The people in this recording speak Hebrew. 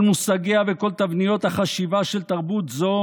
כל מושגיה וכל תבניות החשיבה של תרבות זו